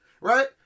Right